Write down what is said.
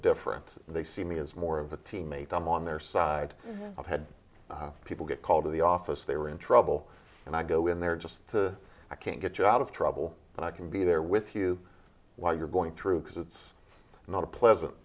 different they see me as more of a teammate i'm on their side i've had the people get called to the office they were in trouble and i go in there just to i can't get you out of trouble and i can be there with you while you're going through because it's not a pleasant